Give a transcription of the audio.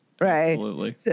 Right